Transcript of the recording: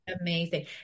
Amazing